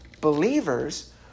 believers